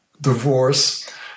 divorce